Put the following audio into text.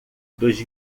dos